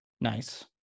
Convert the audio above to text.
Nice